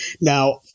Now